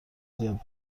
زیاد